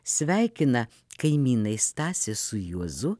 sveikina kaimynai stasį su juozu